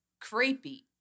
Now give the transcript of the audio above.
Creepy